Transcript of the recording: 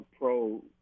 Pro